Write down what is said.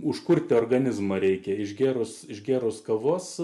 užkurti organizmą reikia išgėrus išgėrus kavos